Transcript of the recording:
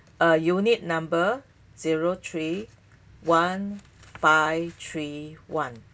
uh unit number zero three one five three one